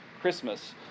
Christmas